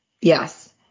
Yes